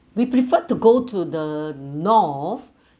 we prefer to go to the north